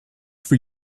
for